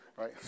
right